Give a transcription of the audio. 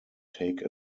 take